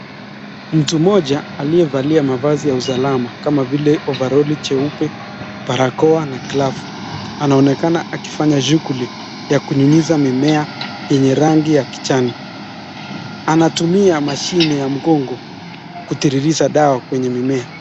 Mtu mmoja aliyoa valia nguo za usalama kama vile ovaroli cheupe , barakoa na glovu akionekana akifanya shughuli ya kunyunyizia mimea yenye rangi ya kijani. Anatumia mashine ya ngongo kutiririza dawa kwenye mimea.